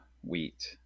Wheat